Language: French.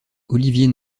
olivier